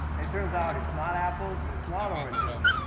it turns out, it's not apples, and it's not oranges.